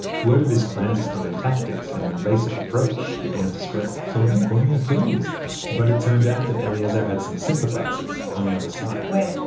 word of his clandestine and tactics and invasive approach began to spread so they call me a terrorist but it turned out that eliezer had some sympathizers on the other side well,